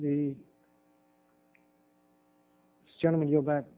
the gentleman you're back